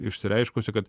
išsireiškusi kad